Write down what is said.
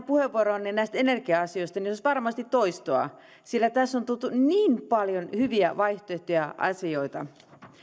puheenvuoroani näistä energia asioista niin se olisi varmasti toistoa sillä tässä on tuotu niin paljon hyviä vaihtoehtoja ja asioita nytten